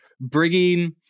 bringing